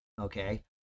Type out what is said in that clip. okay